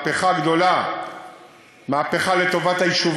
לא מבין מה הקשר.